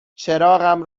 چراغم